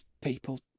people